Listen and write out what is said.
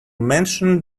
mention